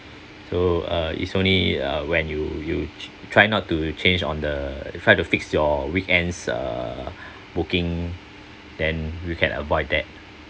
so uh it's only uh when you you try not to change on the try to fix your weekends uh booking then you can avoid that